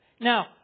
Now